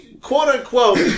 quote-unquote